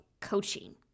coaching